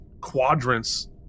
quadrants